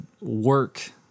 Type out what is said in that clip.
work